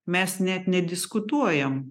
mes net nediskutuojam